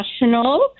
national